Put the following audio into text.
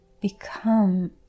become